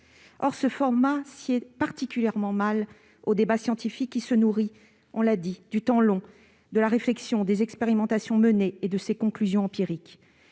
Ce format sied particulièrement mal au débat scientifique, qui- on l'a dit -se nourrit du temps long, de la réflexion, des expérimentations menées et de ses conclusions empiriques.